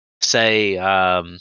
say –